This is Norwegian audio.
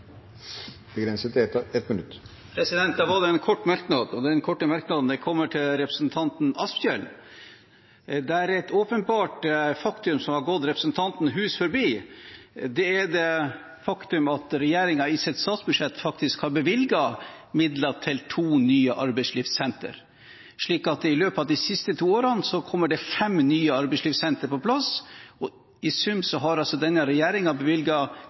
begrenset til 1 minutt. Da var det en kort merknad, og den korte merknaden går til representanten Asphjell. Det er et åpenbart faktum som har gått representanten hus forbi, og det er at regjeringen i sitt statsbudsjett faktisk har bevilget midler til to nye arbeidslivssenter, slik at det i løpet av de siste to årene vil ha kommet fem nye arbeidslivssenter på plass. I sum har altså denne